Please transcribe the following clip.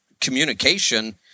communication